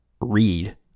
read